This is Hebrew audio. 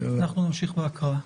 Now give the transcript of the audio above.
אנחנו נמשיך בהקראה.